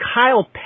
Kyle